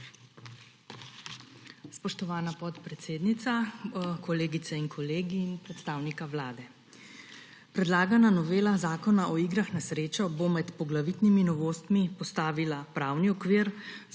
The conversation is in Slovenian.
Spoštovana podpredsednica, kolegice in kolegi in predstavnika Vlade! Predlagana novela Zakona o igrah na srečo bo med poglavitnimi novostmi postavila pravni okvir